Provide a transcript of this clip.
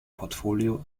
portfolio